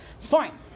fine